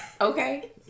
Okay